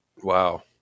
wow